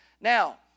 Now